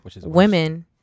women